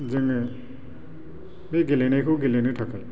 जोङो बे गेलेनायखौ गेलेनो थाखाय